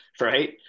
right